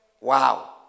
wow